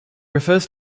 refers